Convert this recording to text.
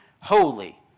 holy